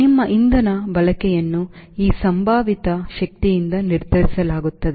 ನಿಮ್ಮ ಇಂಧನ ಬಳಕೆಯನ್ನು ಈ ಸಂಭಾವಿತ ಶಕ್ತಿಯಿಂದ ನಿರ್ಧರಿಸಲಾಗುತ್ತದೆ